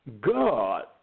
God